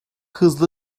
hızlı